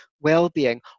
well-being